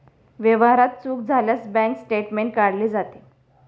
व्यवहारात चूक झाल्यास बँक स्टेटमेंट काढले जाते